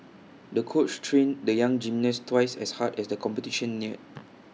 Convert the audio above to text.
the coach trained the young gymnast twice as hard as the competition near